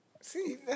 See